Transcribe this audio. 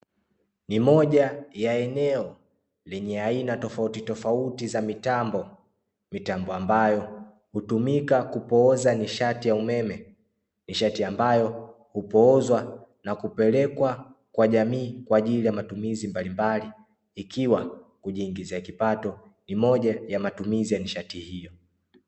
Ni moja ya eneo lenye aina tofauti tofauti za mitambo, mitambo ambayo hutumika kupooza nishati ya umeme, nishati ambayo hupoozwa na kupelekwa kwa jamii kwajili ya matumizi mbalimbali ikiwa kujiingizia kipato ni moja matumizi ya nishati hiyo.